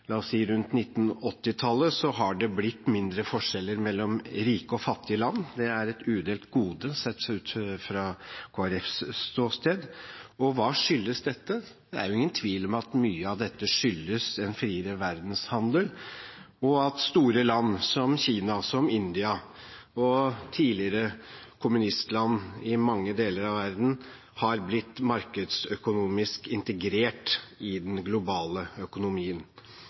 har det blitt mindre forskjeller mellom rike og fattige land. Det er et udelt gode sett fra Kristelig Folkepartis ståsted. Hva skyldes dette? Det er ingen tvil om at mye av dette skyldes en friere verdenshandel, og at store land som Kina, India og tidligere kommunistland i mange deler av verden har blitt markedsøkonomisk integrert i den globale økonomien.